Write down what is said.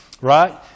Right